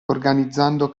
organizzando